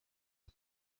est